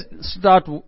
start